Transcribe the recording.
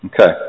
Okay